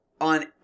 on